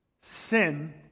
sin